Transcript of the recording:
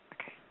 Okay